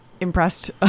impressed